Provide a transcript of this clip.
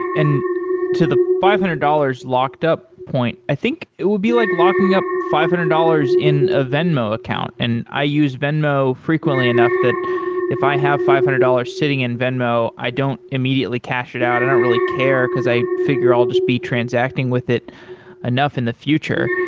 and to the five hundred dollars locked-up point, i think it will be like locking up locking up five hundred dollars in a venmo account. and i use venmo frequently enough that if i have five hundred dollars sitting in venmo, i don't immediately cash it out, i don't really care because i figure i'll just be transacting with it enough in the future.